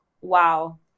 wow